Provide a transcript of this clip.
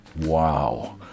Wow